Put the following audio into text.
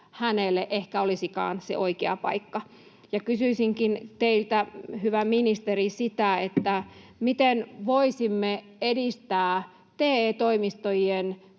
hänelle ehkä olisikaan se oikea paikka. Kysyisinkin teiltä, hyvä ministeri, sitä, miten voisimme edistää TE-toimistojen